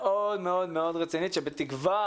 מאוד רצינית, מתוך תקווה